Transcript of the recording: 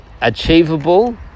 achievable